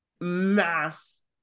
mass